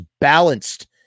balanced